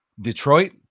Detroit